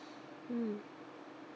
mm